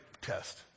test